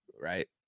right